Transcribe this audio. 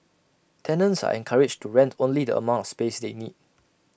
tenants are encouraged to rent only the amount of space they need